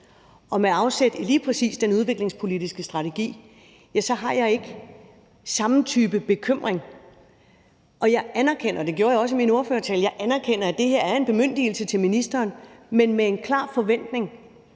Og med afsæt i lige præcis den udviklingspolitiske strategi har jeg ikke samme type bekymring. Og jeg anerkender – og det gjorde jeg også i min ordførertale – at det her er en bemyndigelse til ministeren, men med en klar forventning